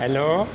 hello